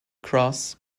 cross